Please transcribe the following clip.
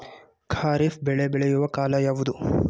ಖಾರಿಫ್ ಬೆಳೆ ಬೆಳೆಯುವ ಕಾಲ ಯಾವುದು?